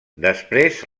després